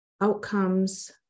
outcomes